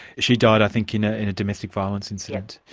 she died i think in ah in a domestic violence incident.